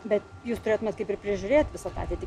bet jūs turėtumėt kaip ir prižiūrėt visą padėtį